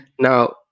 now